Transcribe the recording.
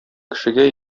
кешегә